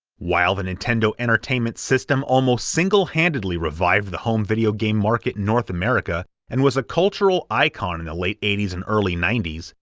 while the nintendo entertainment system almost single-handedly revived the home video game market in north america and was a cultural icon in the late eighty s and early ninety s,